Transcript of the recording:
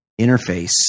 interface